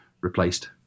replaced